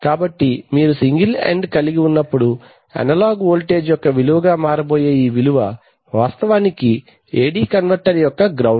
కాబట్టి మీరు single end కలిగి ఉన్నప్పుడు అనలాగ్ వోల్టేజ్ యొక్క విలువగా మారబోయే ఈ విలువ వాస్తవానికి AD కన్వర్టర్ యొక్క గ్రౌండ్